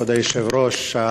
כבוד היושב-ראש,